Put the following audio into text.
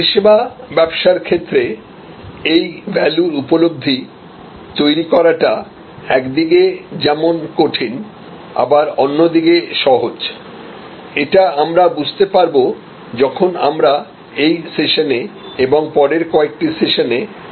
পরিষেবা ব্যবসার ক্ষেত্রে এই ভ্যালুর উপলব্ধি তৈরি করাটা একদিকে যেমন কঠিন আবার অন্যদিকে সহজ এটা আমরা বুঝতে পারব যখন আমরা এই সেশানে এবং পরের কয়েকটি সেশানে আলোচনা করব